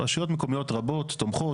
רשויות מקומיות רבות תומכות,